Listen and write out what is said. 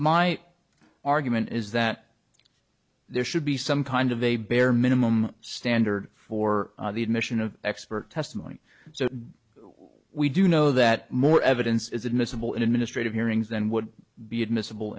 my argument is that there should be some kind of a bare minimum standard for the admission of expert testimony so we do know that more evidence is admissible in administrative hearings than would be admissible